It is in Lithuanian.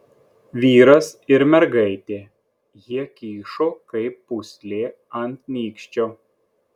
vyras ir mergaitė jie kyšo kaip pūslė ant nykščio